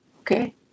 Okay